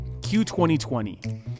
Q2020